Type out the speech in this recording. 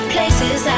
Places